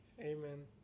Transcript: Amen